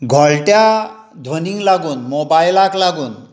घोळट्या ध्वनींक लागून मोबायलाक लागून